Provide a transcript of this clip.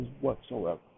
whatsoever